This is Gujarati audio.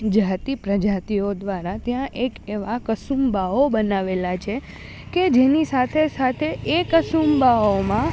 જાતિ પ્રજાતિઓ દ્વારા ત્યાં એક એવા કસુંબાઓ બનાવેલા છે કે જેની સાથે સાથે એ કસુંબાઓમાં